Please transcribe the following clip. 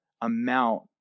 amount